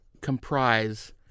comprise